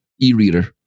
e-reader